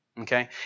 Okay